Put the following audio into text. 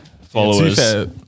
followers